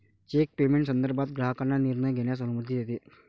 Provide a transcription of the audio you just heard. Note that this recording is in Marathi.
चेक पेमेंट संदर्भात ग्राहकांना निर्णय घेण्यास अनुमती देते